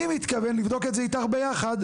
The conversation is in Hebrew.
אני מתכוון לבדוק את זה איתך ביחד,